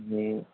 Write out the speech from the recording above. अब